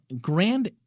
grand